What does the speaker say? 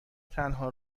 تنها